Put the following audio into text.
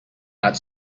not